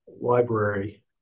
library